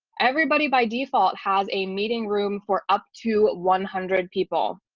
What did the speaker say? everybody, by default has a meeting room for up to one hundred people.